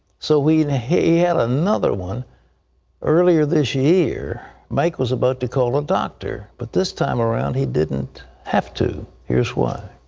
so, and he had another one earlier this year. mike was about to call a doctor, but this time around he didn't have to, here's why.